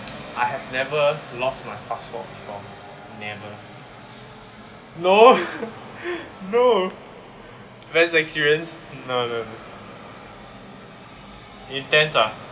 I have never lost my passport at all never no no best experience no no intense ah